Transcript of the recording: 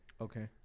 Okay